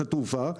את התעופה,